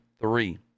three